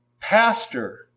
pastor